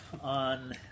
on